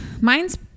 mine's